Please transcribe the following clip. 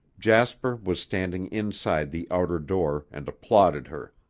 jasper was standing inside the outer door and applauded her.